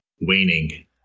waning